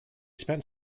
spent